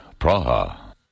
Praha